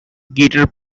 guitar